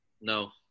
No